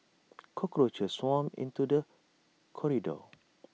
cockroaches swarmed into the corridor